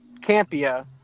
Campia